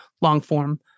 long-form